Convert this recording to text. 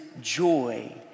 joy